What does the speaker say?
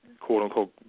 quote-unquote